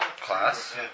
Class